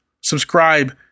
subscribe